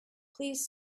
please